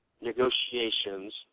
negotiations